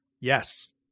Yes